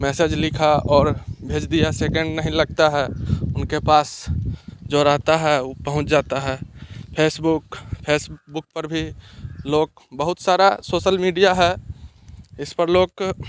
message लिखा और भेज दिया सेकेंड नहीं लगता है उनके पास जो रहता है वो पहुँच जाता है फेसबूक फेसबूक पर भी लोग बहुत सारा सोशल मीडिया है इस पर लोग